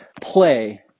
play